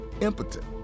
impotent